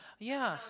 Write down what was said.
ya